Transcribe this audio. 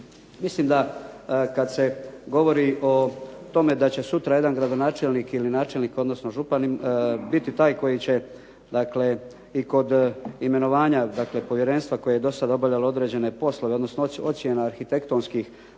Mislim da kada se govori o tome da će sutra jedan gradonačelnik ili načelnik, odnosno župan biti taj koji će i kod imenovanja povjerenstva koje je do sada obavljalo određene poslove, odnosno ocjena arhitektonskih